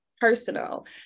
personal